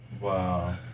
wow